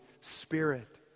Spirit